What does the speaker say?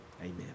amen